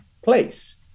place